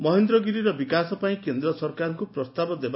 ମହେନ୍ଦ୍ରଗିରିର ବିକାଶ ପାଇଁ କେନ୍ଦ୍ର ସରକାରଙ୍କୁ ପ୍ରସ୍ତାବ ଦେବ